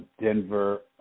Denver